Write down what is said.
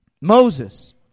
Moses